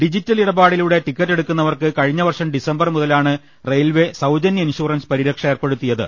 digital ഇടപാ ടിലൂടെ ടിക്കറ്റെടുക്കുന്നവർക്ക് കഴിഞ്ഞവർഷം ഡിസംബർ മുതലാണ് റെയിൽവേ സൌജന്യ ഇൻഷൂറൻസ് പരിരക്ഷ ഏർപ്പെടുത്തിയത്